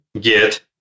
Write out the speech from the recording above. get